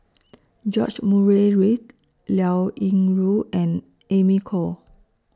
George Murray Reith Liao Yingru and Amy Khor